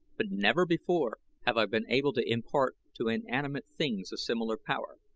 but never before have i been able to impart to inanimate things a similar power.